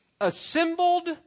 assembled